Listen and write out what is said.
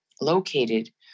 located